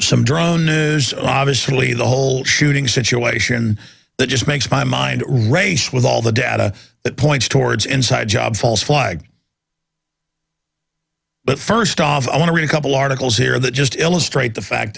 some drone news obviously the whole shooting situation that just makes my mind race with all the data that points towards inside jobs false flag but first off i want to read a couple articles here that just illustrate the fact